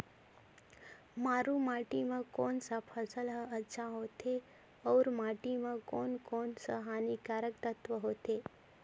मारू माटी मां कोन सा फसल ह अच्छा होथे अउर माटी म कोन कोन स हानिकारक तत्व होथे?